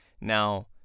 now